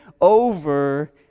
over